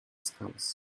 scams